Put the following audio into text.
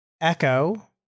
Echo